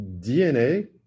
DNA